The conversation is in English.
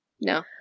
No